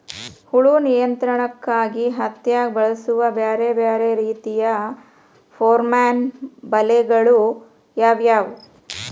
ಹುಳು ನಿಯಂತ್ರಣಕ್ಕಾಗಿ ಹತ್ತ್ಯಾಗ್ ಬಳಸುವ ಬ್ಯಾರೆ ಬ್ಯಾರೆ ರೇತಿಯ ಪೋರ್ಮನ್ ಬಲೆಗಳು ಯಾವ್ಯಾವ್?